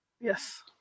Yes